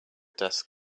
desk